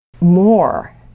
more